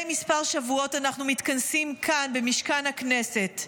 מדי כמה שבועות אנחנו מתכנסים כאן במשכן הכנסת.